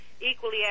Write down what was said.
equally